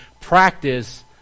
practice